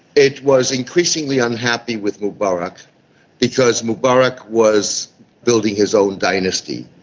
it was increasingly unhappy with mubarak because mubarak was building his own dynasty,